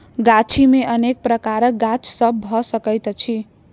गाछी मे अनेक प्रकारक गाछ सभ भ सकैत अछि